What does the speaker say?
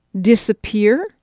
disappear